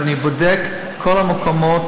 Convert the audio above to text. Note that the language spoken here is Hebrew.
ואני בודק את כל המקומות,